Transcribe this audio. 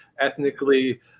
ethnically